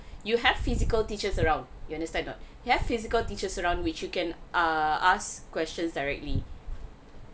you have physical teachers around you understand or not have physical teachers around which you can uh ask questions directly